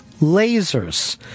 lasers